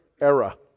era